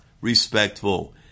respectful